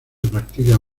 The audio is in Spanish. practica